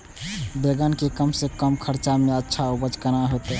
बेंगन के कम से कम खर्चा में अच्छा उपज केना होते?